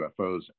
ufos